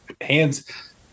Hands